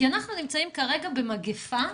כי אנחנו נמצאים כרגע במגפה.